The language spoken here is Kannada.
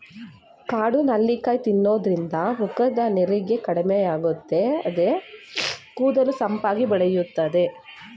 ಕಾಡು ನೆಲ್ಲಿಕಾಯಿ ತಿನ್ನೋದ್ರಿಂದ ಮುಖದ ನೆರಿಗೆ ಕಡಿಮೆಯಾಗುತ್ತದೆ, ಕೂದಲು ಸೊಂಪಾಗಿ ಬೆಳೆಯುತ್ತದೆ